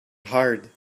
hard